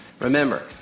Remember